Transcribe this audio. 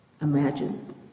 imagine